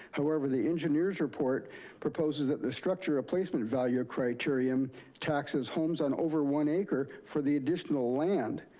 however, the engineer's report proposes that the structure replacement value criterion taxes homes on over one acre for the additional land.